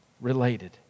related